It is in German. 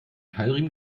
keilriemen